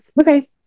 Okay